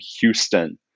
Houston